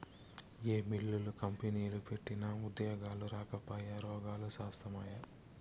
ఏ మిల్లులు, కంపెనీలు పెట్టినా ఉద్యోగాలు రాకపాయె, రోగాలు శాస్తాయే